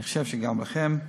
אני חושב שגם לכם.